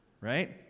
right